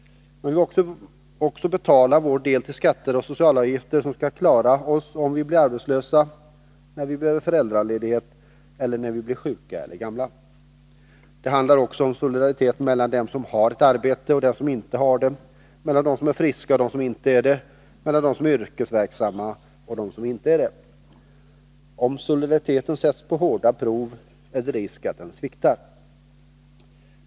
Men vi måste också betala vår del till skatter och socialavgifter, som skall hjälpa oss om vi blir arbetslösa, när vi behöver föräldraledighet eller när vi blir sjuka eller gamla. Det handlar också om solidaritet mellan dem som har arbete och dem som inte har det, mellan dem som är friska och dem som inte är det, mellan dem som är yrkesverksamma och dem som inte är det. Om solidariteten sätts på hårda prov, är det risk för att den sviktar.